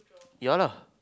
yeah lah